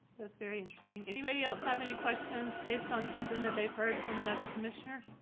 that's very interesting. anybody else have any questions based on something that they've heard from another commissioner?